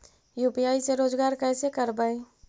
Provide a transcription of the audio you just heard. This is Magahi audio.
यु.पी.आई से रोजगार कैसे करबय?